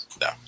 No